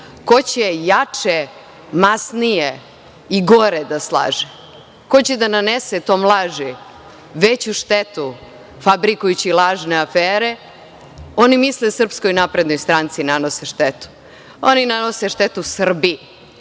Ko će jače, masnije i gore da slaže, ko će da nanese tom laži veću štetu fabrikujući lažne afere, oni misle SNS da nanose štetu. Oni nanose štetu Srbiji. Ne